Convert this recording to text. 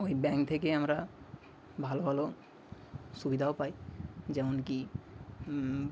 ওই ব্যাঙ্ক থেকে আমরা ভালো ভালো সুবিধাও পাই যেমন কী